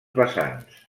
vessants